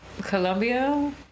Colombia